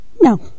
no